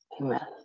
Amen